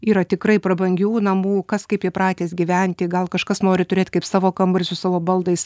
yra tikrai prabangių namų kas kaip įpratęs gyventi gal kažkas nori turėt kaip savo kambarį su savo baldais